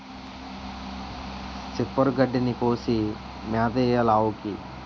సిప్పరు గడ్డిని కోసి మేతెయ్యాలావుకి